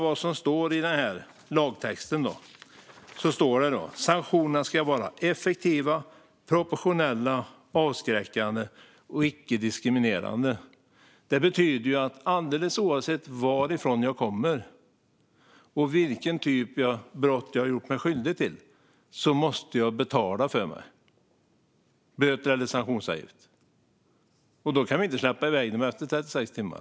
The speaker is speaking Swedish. I lagtexten står det att sanktionerna ska vara "effektiva, proportionella, avskräckande och icke-diskriminerande". Det betyder ju att alldeles oavsett varifrån man kommer och vilken typ av brott man gjort sig skyldig till måste man betala för sig - böter eller sanktionsavgift. Då kan vi inte släppa iväg dem efter 36 timmar.